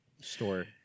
store